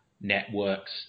networks